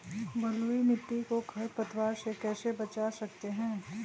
बलुई मिट्टी को खर पतवार से कैसे बच्चा सकते हैँ?